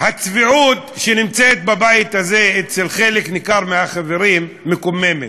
הצביעות שקיימת אצל חלק ניכר מהחברים בבית הזה מקוממת.